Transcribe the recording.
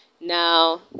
Now